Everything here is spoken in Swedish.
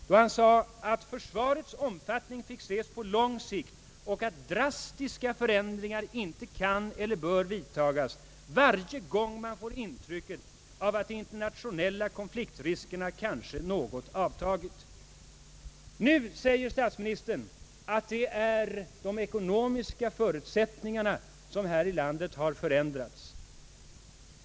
Då sade han att försvarets omfattning fick ses på lång sikt och att drastiska förändringar inte kan eller bör vidtas varje gång man får intrycket att de internationella konfliktriskerna kanske något avtagit. Nu säger statsministern att det är de ekonomiska förutsättningarna här i landet som har förändrats.